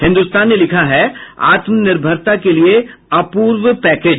हिन्दुस्तान ने लिखा है आत्मनिर्भरता के लिए अपूर्व पैकेज